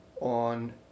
on